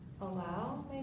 allow